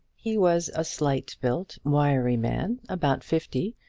he was a slight built, wiry man, about fifty,